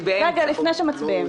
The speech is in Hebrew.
שוב.